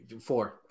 Four